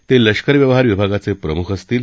ते लष्कर व्यवहार विभागाचे प्रमुख असतील